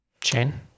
Chain